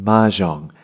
Mahjong